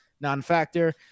non-factor